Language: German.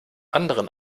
anderen